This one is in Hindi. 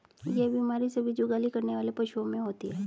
यह बीमारी सभी जुगाली करने वाले पशुओं में होती है